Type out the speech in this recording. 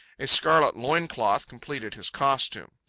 a scarlet loin-cloth completed his costume.